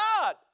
God